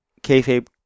kayfabe